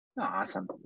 Awesome